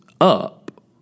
up